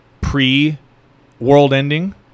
pre-world-ending